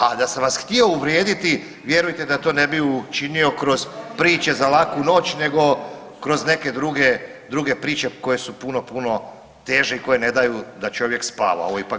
A da sam vas htio uvrijediti, vjerujte da to ne bi učinio kroz priče za laku noć nego kroz neke druge priče koje su puno, puno teže i koje ne daju da čovjek spava, ovo je ipak